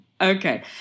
Okay